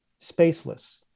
spaceless